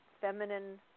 feminine